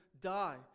die